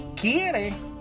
quiere